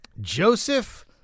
Joseph